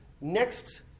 next